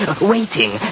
waiting